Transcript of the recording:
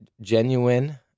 genuine